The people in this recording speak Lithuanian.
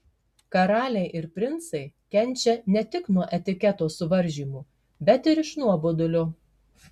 karaliai ir princai kenčia ne tik nuo etiketo suvaržymų bet ir iš nuobodulio